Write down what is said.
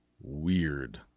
weird